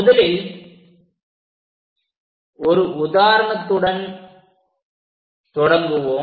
முதலில் ஒரு உதாரணத்துடன் தொடங்குவோம்